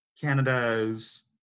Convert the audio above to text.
canada's